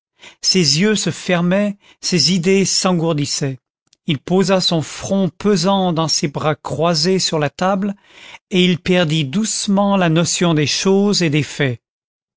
ses yeux se fermaient ses idées s'engourdissaient il posa son front pesant dans ses bras croisés sur la table et il perdit doucement la notion des choses et des faits